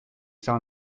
saa